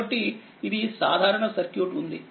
కాబట్టి ఇది సాధారణ సర్క్యూట్ ఉంది